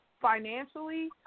financially